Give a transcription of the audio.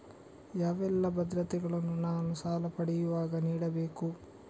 ಯಾವೆಲ್ಲ ಭದ್ರತೆಗಳನ್ನು ನಾನು ಸಾಲ ಪಡೆಯುವಾಗ ನೀಡಬೇಕು?